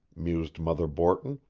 mused mother borton,